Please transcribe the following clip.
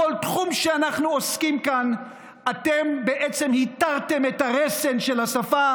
בכל תחום שאנחנו עוסקים כאן אתם בעצם התרתם את הרסן של השפה,